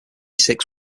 six